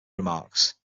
remarks